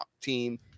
team